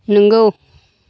नोंगौ